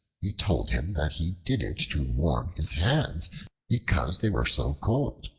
he told him that he did it to warm his hands because they were so cold.